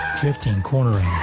drifting, cornering